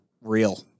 real